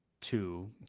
two